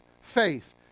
faith